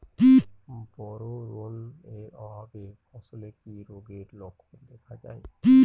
Boron এর অভাবে ফসলে কি রোগের লক্ষণ দেখা যায়?